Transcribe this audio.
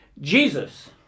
Jesus